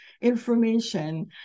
information